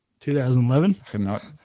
2011